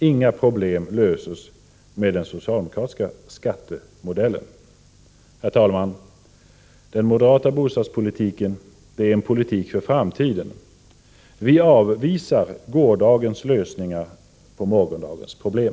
Inga problem löses med den socialdemokratiska skattemodellen. Herr talman! Den moderata bostadspolitiken är en politik för framtiden. Vi avvisar gårdagens lösningar på morgondagens problem.